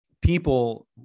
People